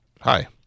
Hi